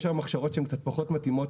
יש היום הכשרות שהן קצת פחות מתאימות,